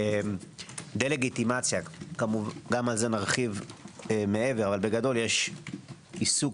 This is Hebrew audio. דה לגיטימציה תכף נרחיב אבל בגדול יש עיסוק